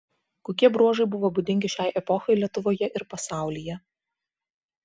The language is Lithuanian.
kokie bruožai buvo būdingi šiai epochai lietuvoje ir pasaulyje